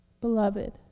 beloved